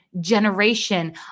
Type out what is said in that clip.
generation